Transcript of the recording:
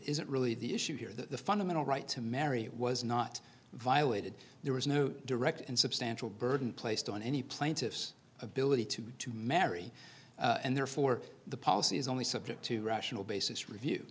isn't really the issue here that the fundamental right to marry was not violated there was no direct and substantial burden placed on any plaintiff's ability to to marry and therefore the policy is only subject to rational basis review